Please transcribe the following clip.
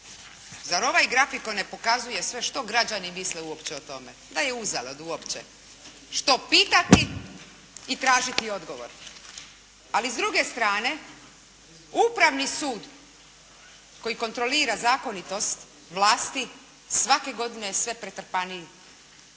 Zar ovaj grafikon ne pokazuje sve što građani misle uopće o tome da je uzalud uopće što pitati i tražiti odgovor. Ali s druge strane Upravni sud koji kontrolira zakonitost vlasti svake godine je sve pretrpaniji,